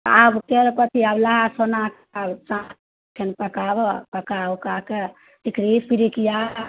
आब कि करतिए आब नहा सुनाकऽ तखन पकाबऽ पका उकाके टिकड़ी पिरिकिआ